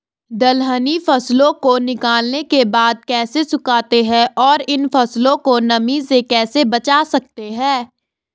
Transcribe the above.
दलहनी फसलों को निकालने के बाद कैसे सुखाते हैं और इन फसलों को नमी से कैसे बचा सकते हैं?